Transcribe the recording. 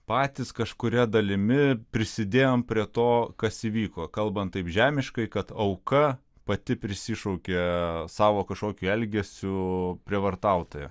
patys kažkuria dalimi prisidėjom prie to kas įvyko kalbant taip žemiškai kad auka pati prisišaukė savo kažkokiu elgesiu prievartautoją